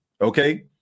okay